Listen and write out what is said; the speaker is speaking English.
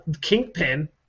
Kingpin